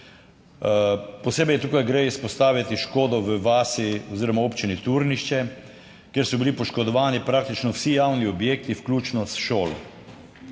Posebej tukaj gre izpostaviti škodo v vasi oziroma občini Turnišče, kjer so bili poškodovani praktično vsi javni objekti vključno s šolo.